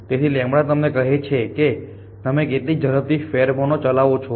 તેથી તમને કહે છે કે તમે કેટલી ઝડપથી ફેરોમોન ચલાવો છો